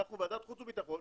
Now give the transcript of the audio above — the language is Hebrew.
אנחנו ועדת החוץ והביטחון,